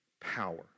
power